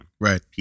right